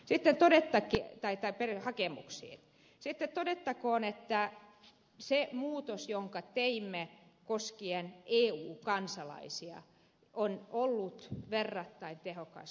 sitten kone pätki tai tarpeen hakemuksiin siitä kari takko todettakoon että se muutos jonka teimme koskien eu kansalaisia on ollut verrattain tehokas